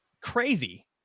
crazy